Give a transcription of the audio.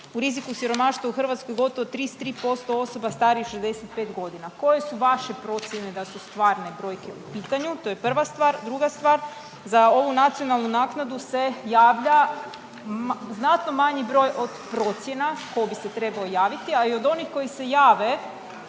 U riziku od siromaštva u Hrvatskoj gotovo 33% osoba starijih od 65 godina. Koje su vaše procjene da su stvarne brojke u pitanju? To je prva stvar, druga stvar, za ovu nacionalnu naknadu se javlja znatno manji broj od procjena tko bi se trebao javiti, a i od onih koji se jave,